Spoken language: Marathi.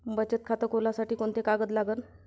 बचत खात खोलासाठी कोंते कागद लागन?